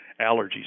allergies